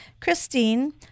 Christine